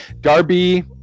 Darby